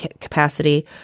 capacity